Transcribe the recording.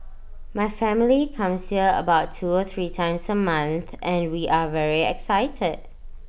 my family comes here about two or three times A month and we are very excited